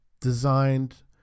designed